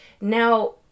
Now